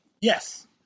Yes